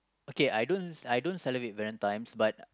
okay I don't I don't celebrate Valentines but